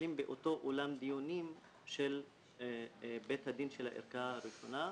מתנהלים באותו אותם דיונים של בית הדין של הערכאה הראשונה,